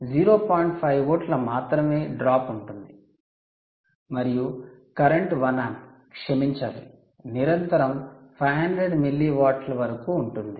5 వోల్ట్ల మాత్రమే డ్రాప్ ఉంటుంది మరియు కరెంట్ 1 ఆంప్ క్షమించాలి నిరంతరం 500 మిల్లి వాట్ల వరకు ఉంటుంది